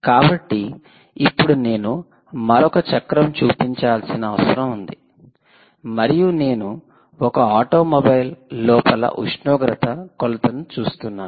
కాబట్టి ఇప్పుడు నేను మరొక చక్రం చూపించాల్సిన అవసరం ఉంది మరియు నేను ఒక ఆటోమొబైల్ లోపల ఉష్ణోగ్రత కొలతను చూస్తున్నాను